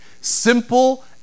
Simple